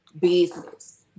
business